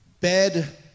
bed